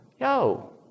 yo